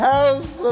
House